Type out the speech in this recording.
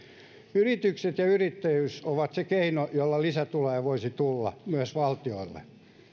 yritykset ja yrittäjyys ovat se keino jolla lisätuloja voisi tulla myös valtiolle